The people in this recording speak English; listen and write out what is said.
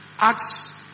Acts